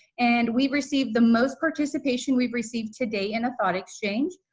and we received the most participation we've received today in a thought exchange.